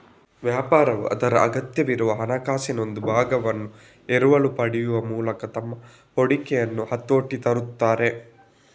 ವ್ಯಾಪಾರವು ಅದರ ಅಗತ್ಯವಿರುವ ಹಣಕಾಸಿನ ಒಂದು ಭಾಗವನ್ನು ಎರವಲು ಪಡೆಯುವ ಮೂಲಕ ತಮ್ಮ ಹೂಡಿಕೆಯನ್ನು ಹತೋಟಿಗೆ ತರುತ್ತಾರೆ